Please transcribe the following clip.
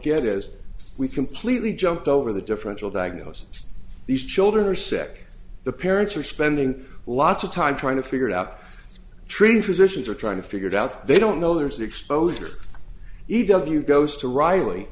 get is we completely jumped over the differential diagnosis these children are sick the parents are spending lots of time trying to figure it out tree physicians are trying to figure it out they don't know there's exposer e w goes to